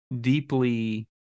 deeply